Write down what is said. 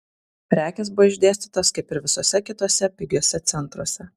prekės buvo išdėstytos kaip ir visuose kituose pigiuose centruose